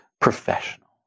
professional